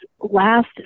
Last